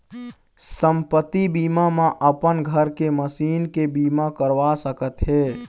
संपत्ति बीमा म अपन घर के, मसीन के बीमा करवा सकत हे